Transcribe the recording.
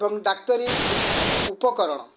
ଏବଂ ଡାକ୍ତରୀ ଉ ଉପକରଣ